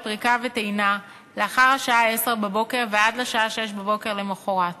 פריקה וטעינה לאחר השעה 10:00 ועד לשעה 06:00 למחרת.